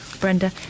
Brenda